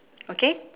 okay